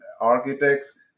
architects